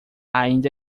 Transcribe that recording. ainda